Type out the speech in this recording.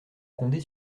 condé